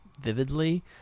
vividly